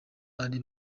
ari